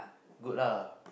good lah